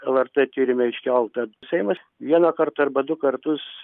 lrt tyrime iškeltą seimas vieną kartą arba du kartus